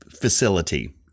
facility